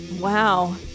Wow